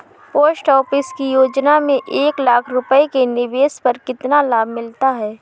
Post office की योजना में एक लाख रूपए के निवेश पर कितना लाभ मिलता है?